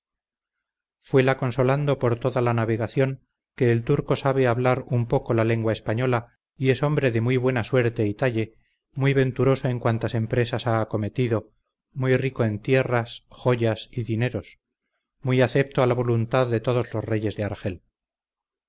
prendas fuela consolando por toda la navegación que el turco sabe hablar un poco la lengua española y es hombre de muy buena suerte y talle muy venturoso en cuantas empresas ha acometido muy rico en tierras joyas y dineros muy acepto a la voluntad de todos los reyes de argel